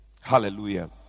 Hallelujah